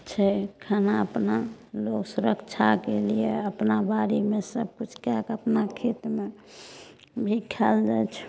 छै खाना अपना लोग सुरक्षाके लिए अपना बाड़ीमे सब किछु कैके अपना खेतमे भी खाएल जाइत छै